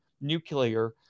Nuclear